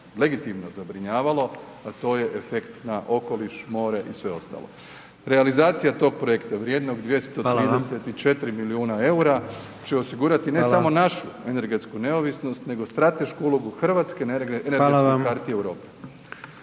legitimno zabrinjavalo, a to je efekt na okoliš, more i sve ostalo. Realizacija tog projekta vrijednog 234 milijuna EUR-a …/Upadica: Hvala vam/…će osigurati ne samo …/Upadica: Hvala/…našu energetsku neovisnost nego stratešku ulogu RH energetskoj karti Europe.